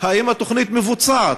האם התוכנית מבוצעת?